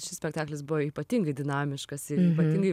šis spektaklis buvo ypatingai dinamiškas ir ypatingai